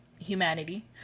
humanity